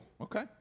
Okay